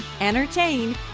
entertain